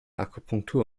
akupunktur